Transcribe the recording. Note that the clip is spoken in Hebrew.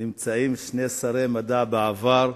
נמצאים שני שרי מדע לשעבר,